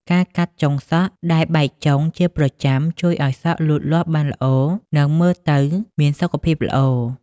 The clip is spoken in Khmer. ការកាត់ចុងសក់ដែលបែកចុងជាប្រចាំ ជួយឱ្យសក់លូតលាស់បានល្អ និងមើលទៅមានសុខភាពល្អ ។